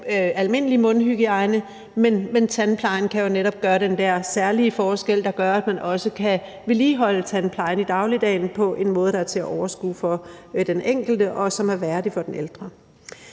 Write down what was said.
almindelig mundhygiejne, men tandplejen kan jo netop gøre den der særlige forskel, der gør, at man også kan opretholde tandplejen i dagligdagen på en måde, der er til at overskue for den enkelte, og som er værdig for den ældre.